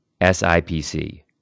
SIPC